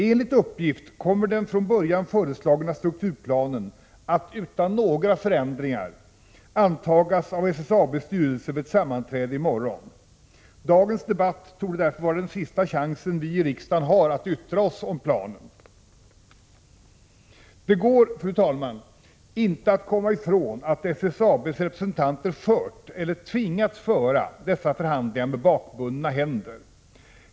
Enligt uppgift kommer den från början föreslagna strukturplanen att utan några förändringar antas av SSAB:s styrelse vid sammanträde i morgon. Dagens debatt torde därför vara den sista chansen som vi i riksdagen har att yttra oss om planen. Det går, fru talman, inte att komma ifrån att SSAB:s representanter har fört — eller kanske tvingats föra — dessa förhandlingar med bakbundna händer.